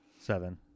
Seven